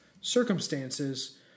circumstances